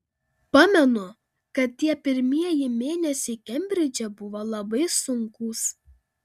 pamenu kad tie pirmieji mėnesiai kembridže buvo labai sunkūs